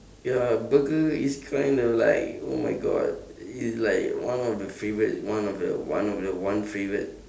ya burger is kinda like oh my god it's like one of the favourite one of the one of the one favourite